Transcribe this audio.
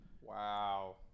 wow